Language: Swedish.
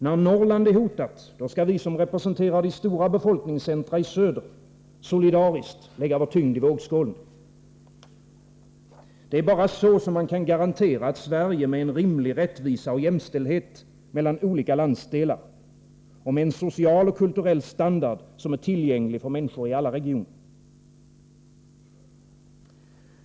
När Norrland är hotat, då skall vi som representerar de stora befolkningscentra i söder solidariskt lägga vår tyngd i vågskålen. Bara så kan man garantera ett Sverige med rimlig rättvisa och jämställdhet mellan olika landsdelar och med en social och kulturell standard som är tillgänglig för människor i alla regioner.